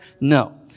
No